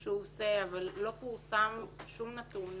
שהוא אבל לא פורסם שום נתון,